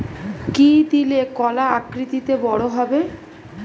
কি দিলে কলা আকৃতিতে বড় হবে?